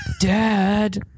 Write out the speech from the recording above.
Dad